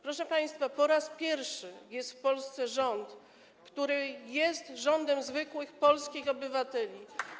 Proszę państwa, po raz pierwszy jest w Polsce rząd, który jest rządem zwykłych polskich obywateli.